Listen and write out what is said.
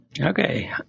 Okay